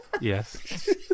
Yes